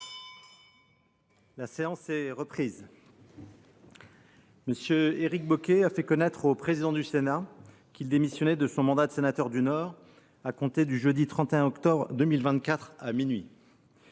La séance est reprise. M. Éric Bocquet a fait connaître au président du Sénat qu’il démissionnait de son mandat de sénateur du Nord à compter du jeudi 31 octobre 2024 à minuit.